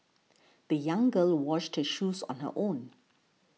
the young girl washed her shoes on her own